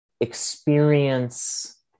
experience